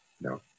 No